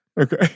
Okay